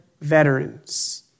Veterans